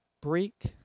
break